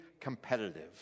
competitive